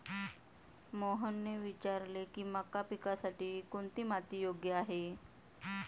मोहनने विचारले की मका पिकासाठी कोणती माती योग्य आहे?